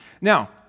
Now